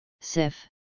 SIF